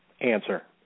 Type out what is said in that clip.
answer